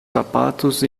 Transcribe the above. sapatos